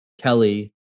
Kelly